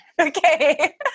Okay